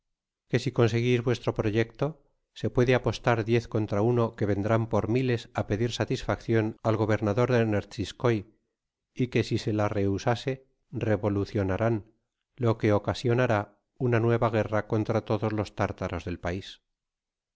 que si conseguis vuestro proyecto se puede apostar diez contra uno que vendrán por miles á pedir satisfaccion al gobernador de nertziskoy y que si se la rehusase revolucionarán b que ocasionará una nueva guerra contra todos los tártaros del pais